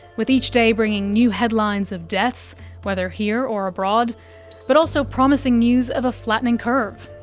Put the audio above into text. with each day bringing new headlines of deaths whether here or abroad but also promising news of a flattening curve.